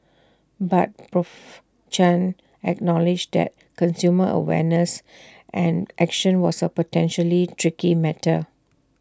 but Prof Chen acknowledged that consumer awareness and action was A potentially tricky matter